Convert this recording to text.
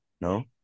No